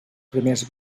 primers